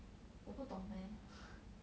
我不懂 leh